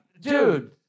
Dude